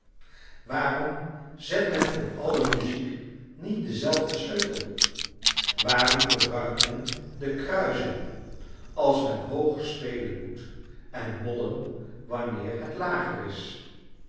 waarom zet men voor alle muziek niet denzelfden sleutel waarom gebruikt men de kruizen als men hooger spelen moet en mollen wanneer het lager is